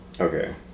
Okay